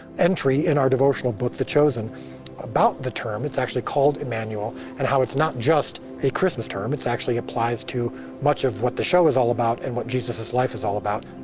entry in our devotional book, the chosen about the term, it's actually called, emmanuel, and how it's not just a christmas term, it's actually applies to much of what the show is all about, and what jesus' life is all about.